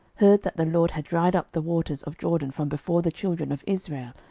heard that the lord had dried up the waters of jordan from before the children of israel,